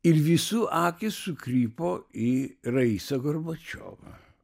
ir visų akys sukrypo į raisą gorbačiovą